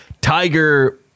Tiger